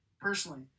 personally